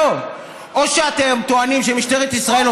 אני פשוט מזהיר.